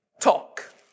talk